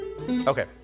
Okay